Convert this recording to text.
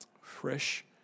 Fresh